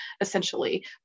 essentially